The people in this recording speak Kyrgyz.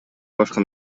башка